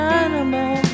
animal